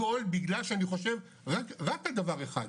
הכול בגלל שאני חושב רק על דבר אחד,